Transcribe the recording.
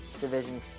Division